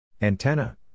Antenna